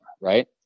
right